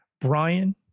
Brian